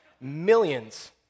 millions